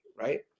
right